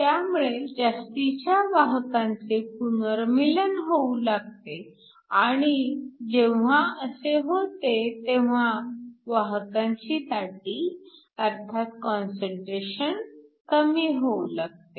त्यामुळे जास्तीच्या वाहकांचे पुनर्मीलन होऊ लागते आणि जेव्हा असे होते तेव्हा वाचकांची दाटी अर्थात कॉन्सन्ट्रेशन कमी होऊ लागते